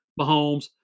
Mahomes